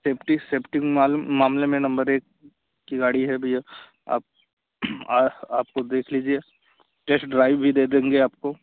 safety safety मामले में number एक की गाड़ी है भैया आप आप ख़ुद देख लीजिए टेस्ट ड्राइव भी दे देंगे आपको